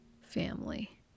family